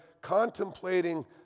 contemplating